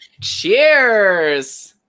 Cheers